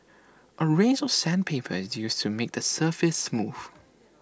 A range of sandpaper is used to make the surface smooth